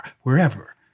wherever